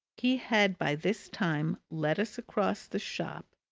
he had by this time led us across the shop,